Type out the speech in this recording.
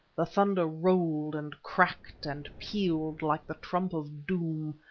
the thunder rolled and cracked and pealed like the trump of doom,